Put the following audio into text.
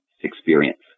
experience